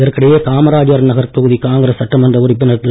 இதற்கிடையே காமராஜர் நகர் தொகுதி காங்கிரஸ் சட்டமன்ற உறுப்பினர் திரு